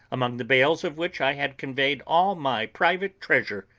among the bales of which i had conveyed all my private treasure,